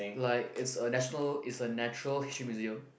like is a national is a Natural History Museum